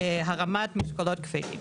הרמת משקלים כבדים.